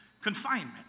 confinement